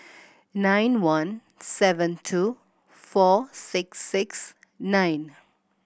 nine one seven two four six six nine